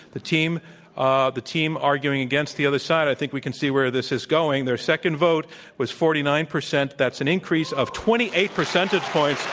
the team ah the team arguing against the other side, i think we can see where this is going, their second vote was forty nine percent. that's an increase of twenty eight percentage points.